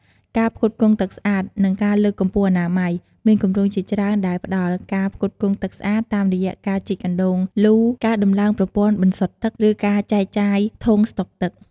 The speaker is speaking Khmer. ការផ្គត់ផ្គង់ទឹកស្អាត និងការលើកកម្ពស់អនាម័យ មានគម្រោងជាច្រើនដែលផ្ដល់ ការផ្គត់ផ្គង់ទឹកស្អាត តាមរយៈការជីកអណ្ដូងលូ ការដំឡើងប្រព័ន្ធបន្សុទ្ធទឹក ឬការចែកចាយធុងស្តុកទឹក។